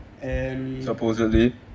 Supposedly